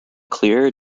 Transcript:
clearer